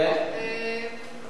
את